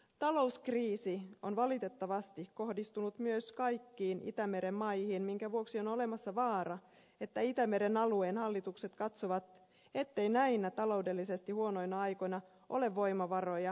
talouskriisi on valitettavasti kohdistunut myös kaikkiin itämeren maihin minkä vuoksi on olemassa vaara että itämeren alueen hallitukset katsovat ettei näinä taloudellisesti huonoina aikoina ole voimavaroja panostettavaksi ympäristöön